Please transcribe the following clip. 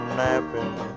napping